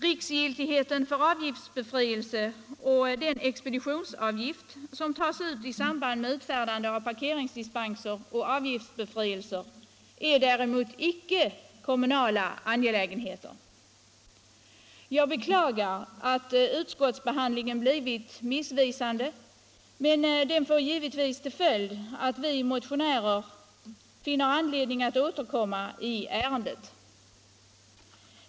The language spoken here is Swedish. Riksgiltigheten för avgiftsbefrielse och den expeditionsavgift som tas ut i samband med utfärdande av parkeringsdispenser och avgiftsbefrielser är däremot icke kommunala angelägenheter. Jag beklagar att utskottsbehandlingen blivit missvisande, men det får givetvis till följd att vi motionärer finner anledning återkomma i ärendet.